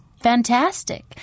fantastic